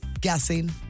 Guessing